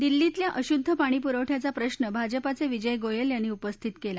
दिल्लीतल्या अशुद्ध पाणीपुरवठ्याचा प्रश्न भाजपाचे विजय गोयल यांनी उपस्थित केला